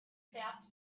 färbt